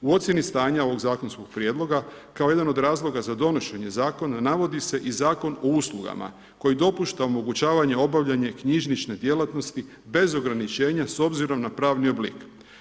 U ocjeni stanja ovog zakonskog prijedloga, kao jedan od razloga za donošenje zakona, navodi se i Zakon o uslugama koji dopušta omogućavanje, obavljanje knjižnične djelatnosti bez ograničenja s obzirom na pravni oblik.